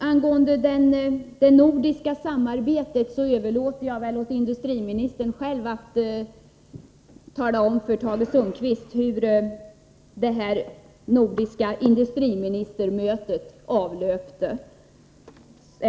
Angående det nordiska samarbetet överlåter jag åt industriministern själv, eftersom han finns i kammaren, att tala om för Tage Sundkvist hur det nordiska industriministermötet avlöpte.